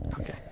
okay